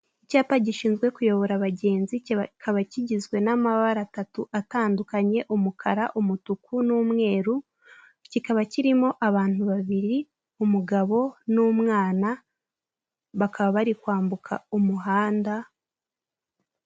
Icyapa gishinzwe kuyobora abagenzi cyikaba kigizwe n'amabara atatu atandukanye: umukara, umutuku, n'umweru. Kikaba kirimo abantu babiri umugabo n'umwana, bakaba bari kwambuka umuhanda.